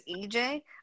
EJ